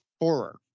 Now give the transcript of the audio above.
Horror